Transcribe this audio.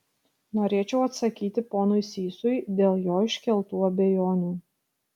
norėčiau atsakyti ponui sysui dėl jo iškeltų abejonių